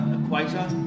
equator